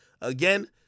Again